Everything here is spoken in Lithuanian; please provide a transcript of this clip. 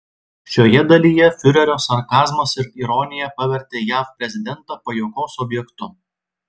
šioje dalyje fiurerio sarkazmas ir ironija pavertė jav prezidentą pajuokos objektu